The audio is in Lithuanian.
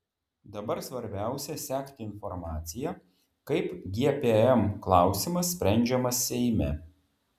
dabar svarbiausia sekti informaciją kaip gpm klausimas sprendžiamas seime